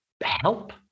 help